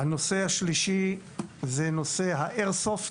הנושא השלישי הוא נושא ה"איירסופט".